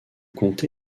comté